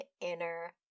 inner